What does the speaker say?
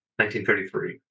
1933